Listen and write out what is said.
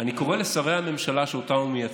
אני קורא לשרי הממשלה, שאותם הוא מייצג,